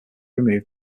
removed